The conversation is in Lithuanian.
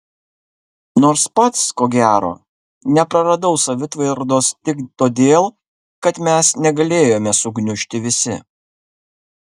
nors pats ko gero nepraradau savitvardos tik todėl kad mes negalėjome sugniužti visi